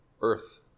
Earth